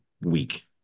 week